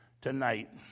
tonight